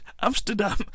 Amsterdam